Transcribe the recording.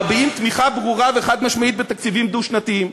מביעים תמיכה ברורה וחד-משמעית בתקציבים דו-שנתיים.